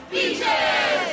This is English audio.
Beaches